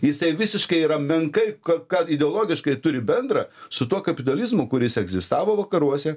jisai visiškai yra menkai ką ką ideologiškai turi bendra su tuo kapitalizmu kuris egzistavo vakaruose